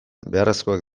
beharrezkoak